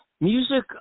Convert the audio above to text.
Music